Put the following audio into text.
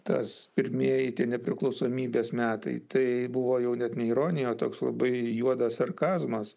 tas pirmieji nepriklausomybės metai tai buvo jau net ne ironija toks labai juodas sarkazmas